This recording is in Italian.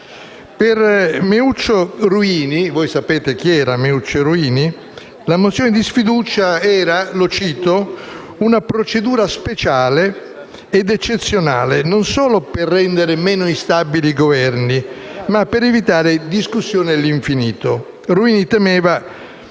sapete chi è - la mozione di sfiducia era «una procedura speciale ed eccezionale non solo per rendere meno instabili i Governi, ma per evitare discussioni all'infinito». Ruini temeva